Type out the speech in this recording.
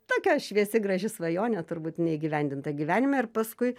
tokia šviesi graži svajonė turbūt neįgyvendinta gyvenime ir paskui